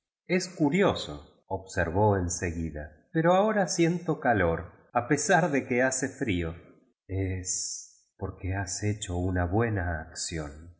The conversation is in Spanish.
es curioso observó en seguida jftío aho ra siento calor a pesar de que hace frío es porque has hecho una buena acción